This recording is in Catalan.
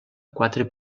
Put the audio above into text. quatre